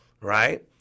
right